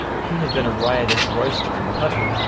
he had been a riotous, roystering puppy,